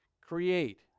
create